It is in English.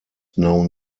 known